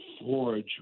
forge